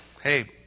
hey